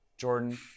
Jordan